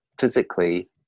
physically